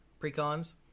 Pre-cons